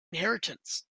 inheritance